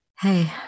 Hey